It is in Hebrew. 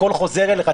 הכול חוזר אליך.